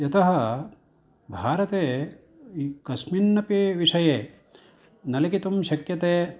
यतः भारते कस्मिन्नपि विषये न लिखितुं शक्यते